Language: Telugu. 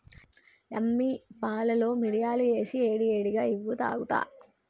యమ్మ పాలలో మిరియాలు ఏసి ఏడి ఏడిగా ఇవ్వు తాగుత